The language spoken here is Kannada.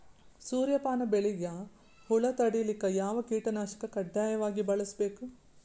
ಸೂರ್ಯಪಾನ ಬೆಳಿಗ ಹುಳ ತಡಿಲಿಕ ಯಾವ ಕೀಟನಾಶಕ ಕಡ್ಡಾಯವಾಗಿ ಬಳಸಬೇಕು?